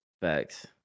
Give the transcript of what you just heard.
Facts